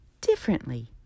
differently